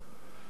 ראשית,